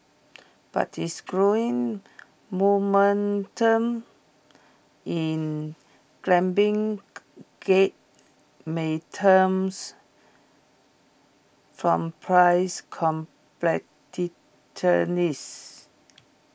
but its growing momentum in gear may terms from price